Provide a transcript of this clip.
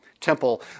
temple